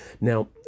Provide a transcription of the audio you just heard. Now